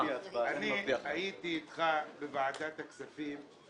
אני הייתי אתך בוועדת הכספים.